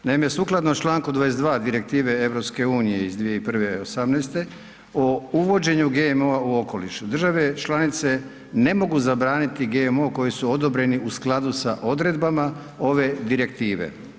Naime, sukladno čl. 22 Direktive EU iz 2001, 18. o uvođenju GMO-a u okoliš države članice ne mogu zabraniti GMO koje su odobreni u skladu sa odredbama ove Direktive.